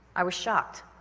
i was shocked,